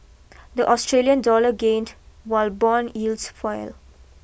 the Australian dollar gained while bond yields fell